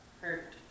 hurt